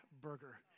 Burger